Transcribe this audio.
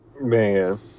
Man